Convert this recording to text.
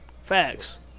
facts